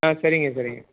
ஆ சரிங்க சரிங்க